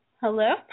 Hello